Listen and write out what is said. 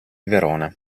verona